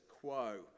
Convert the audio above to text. quo